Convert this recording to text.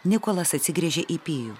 nikolas atsigręžė į pijų